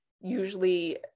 usually